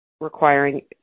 requiring